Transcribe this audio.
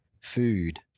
food